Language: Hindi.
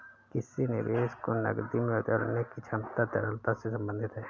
किसी निवेश को नकदी में बदलने की क्षमता तरलता से संबंधित है